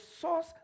source